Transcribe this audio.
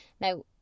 Now